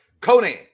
Conan